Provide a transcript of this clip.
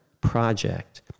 project